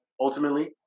ultimately